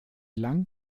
lange